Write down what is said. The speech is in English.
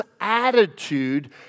attitude